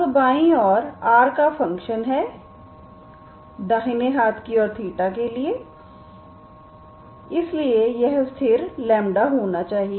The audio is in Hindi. अब बायीं ओर r का फंक्शन है दाहिने हाथ की ओर के लिए है इसलिए यह स्थिर होना चाहिए